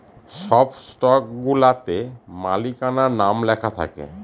সব স্টকগুলাতে মালিকানার নাম লেখা থাকে